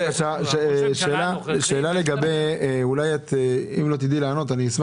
שאלה שאולי לא תדעי לענות עליה.